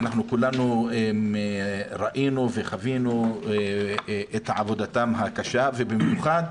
אנחנו כולנו ראינו וחווינו את עבודתם הקשה ובמיוחד,